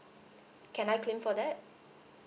can I claim for that